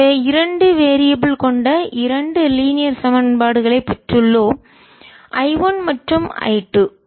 எனவே இரண்டு வேரியபில் மாறிகள் கொண்ட இரண்டு லீனியர் சமன்பாடுகளை பெற்றுள்ளோம் I 1 மற்றும் I 2